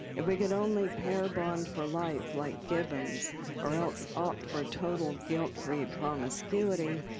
if we could only pair-bond for life like gibbons or else opt for a total guilt-free promiscuity,